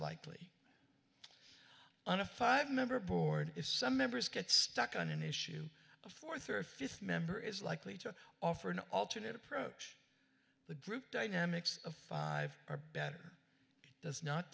likely on a five member board if some members get stuck on an issue a fourth or fifth member is likely to offer an alternate approach the group dynamics of five or better does not